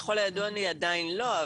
ככל הידוע לי עדיין לא,